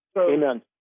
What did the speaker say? Amen